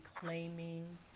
claiming